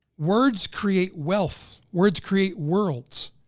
words create wealth, words create worlds.